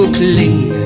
cling